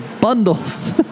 bundles